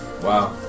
Wow